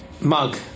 Mug